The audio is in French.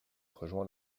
rejoint